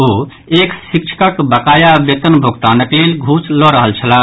ओ एक शिक्षकक बकाया वेतनक भोगतानक लेल घूस लऽ रहल छलाह